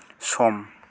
सम